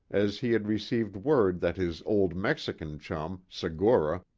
as he had received word that his old mexico chum, segura,